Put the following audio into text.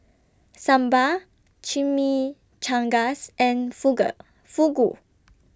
Sambar Chimichangas and Fugu